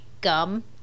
gum